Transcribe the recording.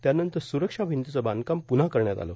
त्यानंतर सुरक्षा भंतीचं बांधकाम प्रन्हा करण्यात आलं